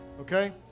Okay